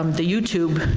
um the youtube